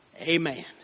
Amen